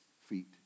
feet